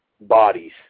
bodies